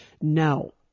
No